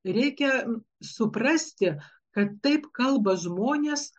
reikia suprasti kad taip kalba žmonės